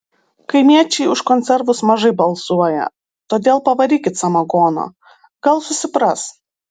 kaimiečiai už konservus mažai balsuoja todėl pavarykit samagono gal susipras